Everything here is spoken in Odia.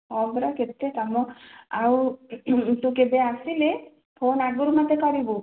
ହଁ ପରା କେତେ କାମ ଆଉ ତୁ କେବେ ଆସିଲେ ଫୋନ୍ ଆଗରୁ ମୋତେ କରିବୁ